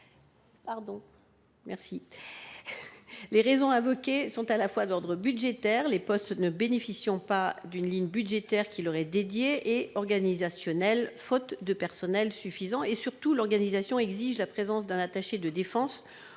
Les raisons invoquées sont à la fois d'ordre budgétaire, les postes ne bénéficiant pas d'une ligne budgétaire dédiée, et organisationnelle, faute de personnel suffisant. Surtout, l'organisation d'une telle journée exige la présence d'un attaché de défense,